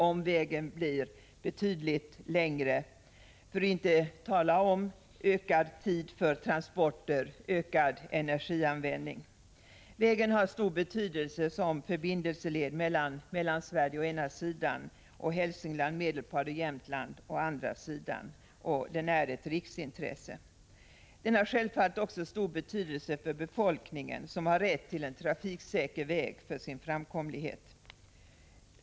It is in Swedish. Omvägen blir betydande, för att inte tala om längre tid för transporter och ökad energianvändning. Vägen har stor betydelse som förbindelseled mellan Mellansverige å ena sidan och Hälsingland, Medelpad och Jämtland å andra sidan, och den är ett riksintresse. Den har självfallet också stor betydelse för befolkningen, som har rätt till en trafiksäker väg för sin framkomlighet.